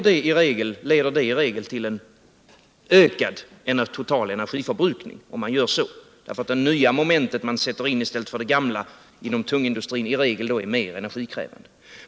Detta leder i regel tillen ökning av den totala energiförbrukningen, därför att det nya som man sätter in i stället för det gamla inom tungindustrin i regel är mer energikrävande.